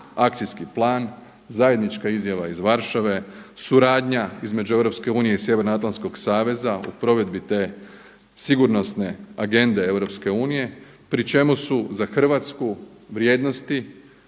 akcijski plan, zajednička izjava iz Varšave, suradnja između EU i Sjevernoatlantskog saveza u provedbi te Sigurnosne agende EU pri čemu su za Hrvatsku vrijednosti